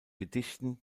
gedichten